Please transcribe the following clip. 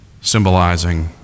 symbolizing